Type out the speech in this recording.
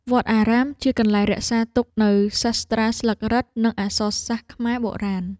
វត្តអារាមជាកន្លែងរក្សាទុកនូវសាស្រ្តាស្លឹករឹត និងអក្សរសាស្ត្រខ្មែរបុរាណ។